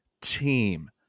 team